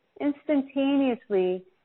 instantaneously